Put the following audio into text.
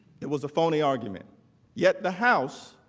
it was a phony argument yet the house